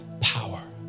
power